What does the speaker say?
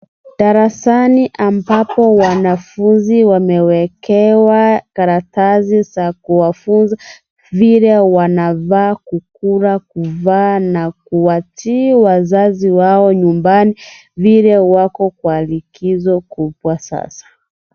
Darasani ambapo wanafunzi wamewekewa karatasi za kuwafunza vile wanafaa kukula, kuvaa na kuwatii wazazi wao nyumbani vile wako kwa likizo kubwa sasa.